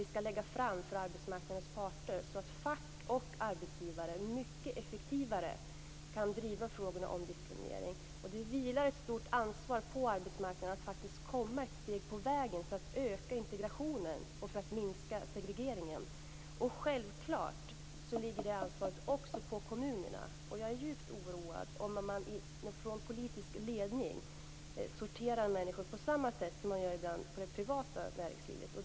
Vi skall lägga fram förslaget för arbetsmarknadens parter, så att fack och arbetsgivare mycket effektivare kan driva frågorna om diskriminering. Det vilar ett stort ansvar på arbetsmarknaden att faktiskt komma ett steg på vägen för att öka integrationen och för att minska segregeringen. Självklart ligger det ansvaret också på kommunerna. Jag är djupt oroad om man i politisk ledning sorterar människor på samma sätt som man ibland gör i det privata näringslivet.